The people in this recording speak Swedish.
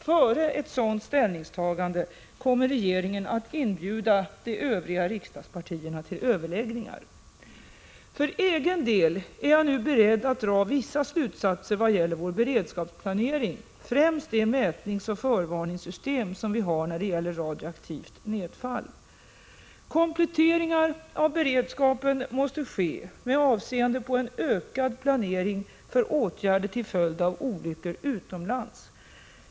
Före ett sådant ställningstagande kommer regeringen att inbjuda de övriga riksdagspartierna till överläggningar. 9 För egen del är jag redan nu beredd att dra vissa slutsatser vad gäller vår beredskapsplanering, främst de mätningsoch förvaringssystem som vi har när det gäller radioaktivt nedfall. Kompletteringar av beredskapen måste ske med avseende på en ökad planering för åtgärder till följd av olyckor utomlands.